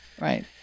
Right